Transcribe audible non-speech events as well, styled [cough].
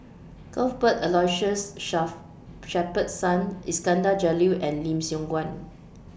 Cuthbert Aloysius [unintelligible] Shepherdson Iskandar Jalil and Lim Siong Guan